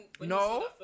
No